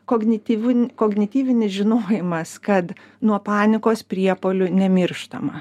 kognityvu kognityvinis žinojimas kad nuo panikos priepuolių nemirštama